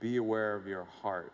be aware of your heart